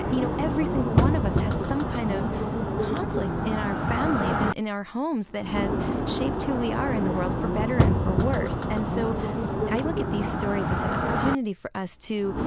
you know, every single one of us has some kind of conflict in our families and in our homes that has shaped who we are in the world for better and for worse. and so i look at these stories as an opportunity for us to,